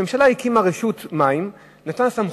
הממשלה הקימה רשות מים, נתנה סמכות,